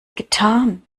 getan